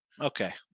okay